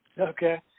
Okay